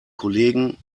kollegen